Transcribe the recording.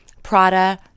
Prada